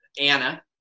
Anna